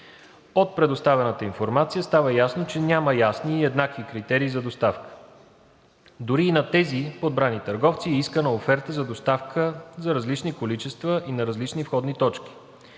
От предоставената информация става ясно, че няма ясни и еднакви критерии за доставка. Дори и на тези подбрани търговци е искана оферта за доставка за различни количества и на различни входни точки.